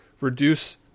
reduce